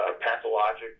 pathologic